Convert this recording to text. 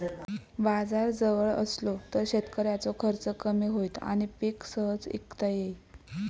बाजार जवळ असलो तर शेतकऱ्याचो खर्च कमी होईत आणि पीक सहज इकता येईत